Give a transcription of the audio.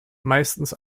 meistens